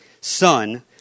Son